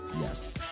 Yes